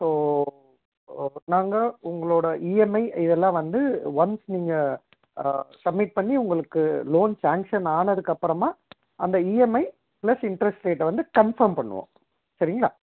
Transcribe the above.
so நாங்கள் உங்களோட EMI இதெல்லாம் வந்து ஒன்ஸ் நீங்க சப்மிட் பண்ணி உங்களுக்கு லோன் சேங்ஷன் ஆனதுக்கப்புறமா அந்த இஎம்ஐ ப்ளஸ் இன்ட்ரஸ்ட் ரேட்டை வந்து கன்ஃபார்ம் பண்ணுவோம் சரிங்களா